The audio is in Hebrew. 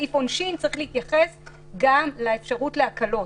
סעיף העונשין צריך להתייחס גם לאפשרות להקלות.